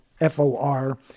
F-O-R